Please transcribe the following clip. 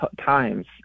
Times